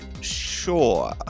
Sure